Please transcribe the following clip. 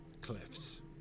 cliffs